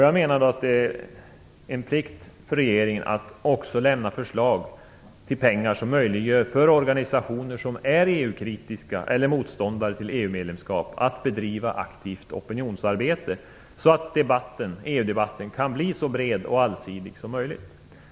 Jag menar att det är en plikt för regeringen att också lämna förslag till pengar som möjliggör för organisationer som är EU-kritiska eller motståndare till EU-medlemskap att bedriva aktivt opinionsarbete, så att EU-debatten kan bli så bred och allsidig som möjligt.